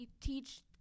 teach